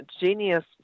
genius